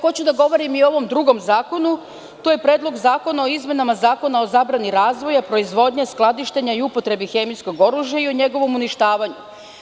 Hoću da govorim i o ovom drugom zakonu – Predlog zakona o izmenama Zakona o zabrani razvoja, proizvodnje, skladištenja i upotrebi hemijskog oružja i o njegovom uništavanju.